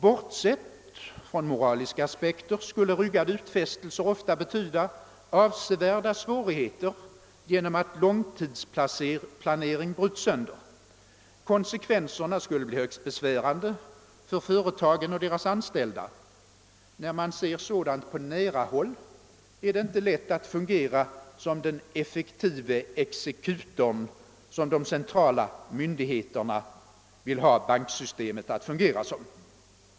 Bortsett från moraliska aspekter skulle ryggade utfästelser ofta betyda avsevärda svårigheter genom att långtidsplaneringen bryts sönder. Konsekvenserna skulle bli högst besvärande för företagen och deras anställda. När man ser sådant på nära håll är det inte lätt att agera som den effektive exekutor som de centrala myndigheterna vill att banksystemet skall fungera som.